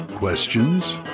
Questions